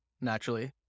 naturally